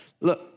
Look